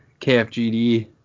KFGD